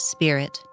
Spirit